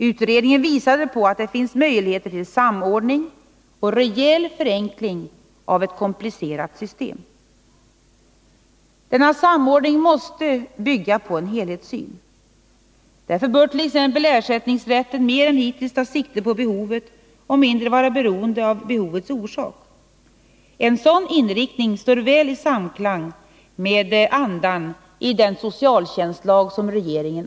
Utredningen visade på att det finns möjligheter till samordning och rejäl förenkling av ett komplicerat system. Samordningen måste bygga på en helhetssyn. Därför bör t.ex. ersättningsrätten mer än hittills ta sikte på behovet och mindre vara beroende av behovets orsak. En sådan inriktning står väl i samklang med andan i den nya socialtjänstlagen.